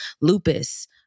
lupus